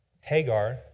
Hagar